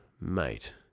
mate